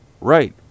Right